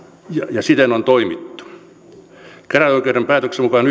ja siten on toimittu käräjäoikeuden päätöksen mukaan